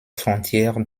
frontières